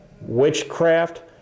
Witchcraft